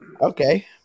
Okay